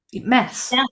mess